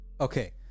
Okay